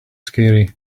scary